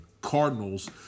Cardinals